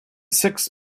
six